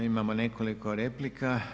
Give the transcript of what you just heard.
Imamo nekoliko replika.